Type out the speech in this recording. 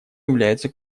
являются